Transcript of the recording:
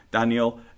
Daniel